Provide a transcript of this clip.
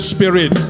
Spirit